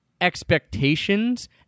expectations